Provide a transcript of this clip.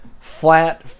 flat